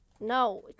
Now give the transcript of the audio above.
No